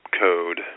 code